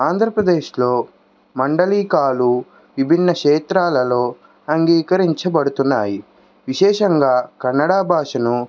ఆంధ్రప్రదేశ్లో మాండలీకాలు విభిన్న క్షేత్రాలలో అంగీకరించబడుతున్నయి విశేషంగా కన్నడా భాషను